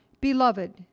beloved